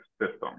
system